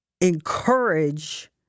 encourage